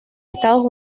estados